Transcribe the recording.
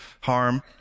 harm